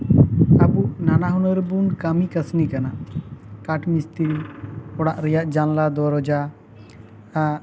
ᱟᱵᱚ ᱱᱟᱱᱟ ᱦᱩᱱᱟᱹᱨ ᱵᱚᱱ ᱠᱟᱹᱢᱤ ᱠᱟᱹᱥᱱᱤ ᱠᱟᱱᱟ ᱠᱟᱴ ᱢᱤᱥᱛᱨᱤ ᱚᱲᱟᱜ ᱨᱮᱭᱟᱜ ᱡᱟᱱᱞᱟ ᱫᱚᱨᱚᱡᱟ